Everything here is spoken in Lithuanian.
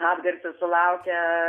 atgarsio sulaukia